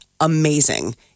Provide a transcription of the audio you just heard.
Amazing